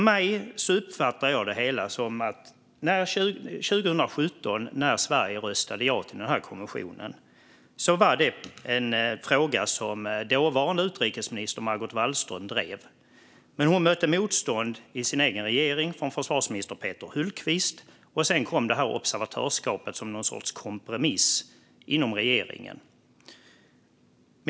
Jag uppfattar det hela som att detta, 2017 när Sverige röstade ja till den här konventionen, var en fråga som dåvarande utrikesminister Margot Wallström drev. Men hon mötte motstånd i sin egen regering, från försvarsminister Peter Hultqvist, och sedan kom observatörskapet som någon sorts kompromiss inom regeringen.